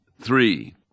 three